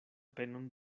penon